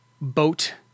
boat